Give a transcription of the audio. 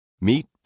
Meet